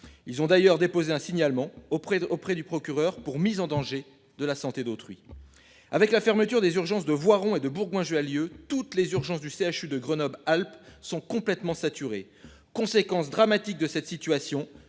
Ils ont d'ailleurs déposé un signalement auprès de, auprès du procureur pour mise en danger de la santé d'autrui. Avec la fermeture des urgences de Voiron et de Bourgoin-je a lieu toutes les urgences du CHU de Grenoble Alpes sont complètement saturés. Conséquence dramatique de cette situation